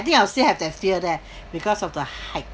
I think I'll still have that fear there because of the height